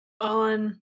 on